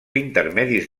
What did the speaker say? intermedis